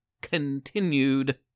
continued